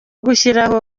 gushyiraho